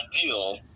deal